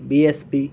B S P